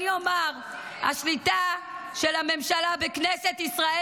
אני אומר שהשליטה של הממשלה בכנסת ישראל,